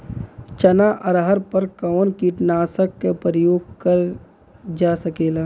चना अरहर पर कवन कीटनाशक क प्रयोग कर जा सकेला?